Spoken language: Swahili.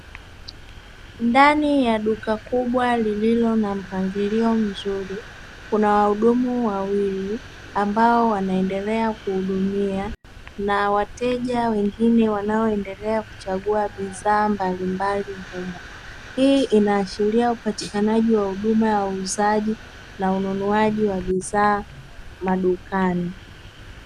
Ndani ya duka kubwa lililo na mpangilio mzuri unaohudumu wawili. Ambao wanaendelea kuhudumia na wateja wengine wanaoendelea kuchagua bidhaa mbali mbali humo. Hii inaashiria upatikanaji wa huduma ya uuzaji na ununuaji wa bidhaa madukani.